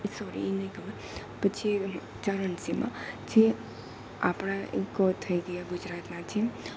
sorry એ નથી ખબર પછી ચરણ સેવા જે આપણા ગોર થઈ ગ્યાં ગુજરાતનાં જેમ